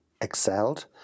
excelled